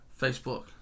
Facebook